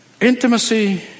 Intimacy